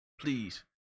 please